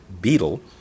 Beetle